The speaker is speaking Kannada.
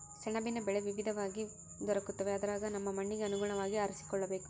ಸೆಣಬಿನ ಬೆಳೆ ವಿವಿಧವಾಗಿ ದೊರಕುತ್ತವೆ ಅದರಗ ನಮ್ಮ ಮಣ್ಣಿಗೆ ಅನುಗುಣವಾಗಿ ಆರಿಸಿಕೊಳ್ಳಬೇಕು